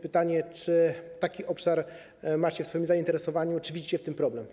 Pytanie, czy taki obszar macie w swoim zainteresowaniu i czy widzicie w tym problem.